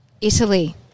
Italy